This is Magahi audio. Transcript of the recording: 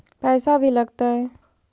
पैसा भी लगतय?